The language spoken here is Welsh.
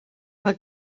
mae